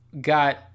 got